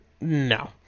No